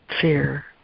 fear